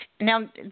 Now